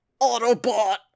AUTOBOT